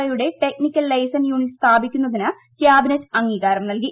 ഒയുടെ technical liaison unit സ്ഥാപിക്കുന്നതിന് cabinet അംഗീകാരം നൽകി